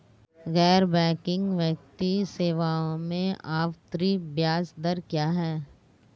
गैर बैंकिंग वित्तीय सेवाओं में आवर्ती ब्याज दर क्या है?